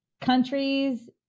countries